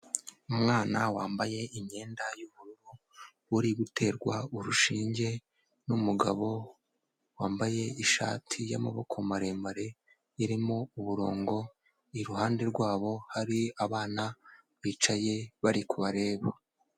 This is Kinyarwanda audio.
Umwana wambaye imyenda y'ubururu uri guterwa urushinge n'umugabo wambaye ishati y'amaboko maremare irimo uburongo, iruhande rwabo hari abana bicaye bari kubareba.